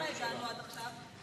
לכמה הגענו עד עכשיו?